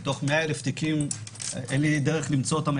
מתוך 100,000 תיקים אין לי דרך למצוא אותם